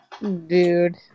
Dude